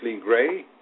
Gray